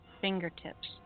fingertips